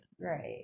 right